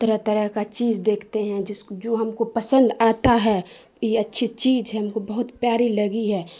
طرح طرح کا چیز دیکھتے ہیں جس جو ہم کو پسند آتا ہے یہ اچھی چیز ہے ہم کو بہت پیاری لگی ہے